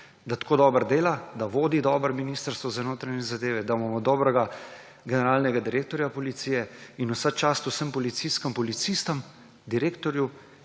da tako dobro dela, da vodi dobro Ministrstvo za notranje zadeve, da imamo dobrega generalnega direktorja policije. In vsa čast vsem policistkam in policistom, direktorju